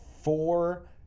four